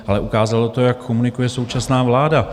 Ale ukázalo to, jak komunikuje současná vláda.